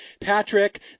Patrick